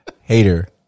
Hater